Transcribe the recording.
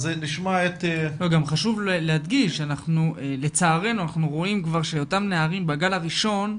גם חשוב להדגיש שלצערנו אנחנו רואים שאותם נערים כבר בגל הראשון,